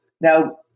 Now